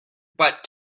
but